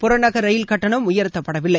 புறநகர் ரயில் கட்டணம் உயர்த்தப்படவில்லை